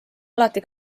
alati